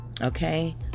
Okay